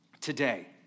today